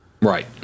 right